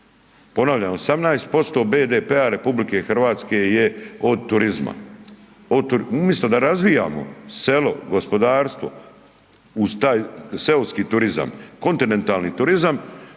Ponavljam 18% BDP-a RH je od turizma, umjesto da razvijamo selo, gospodarstvo uz taj seoski turizam, kontinentalni turizam